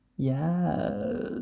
Yes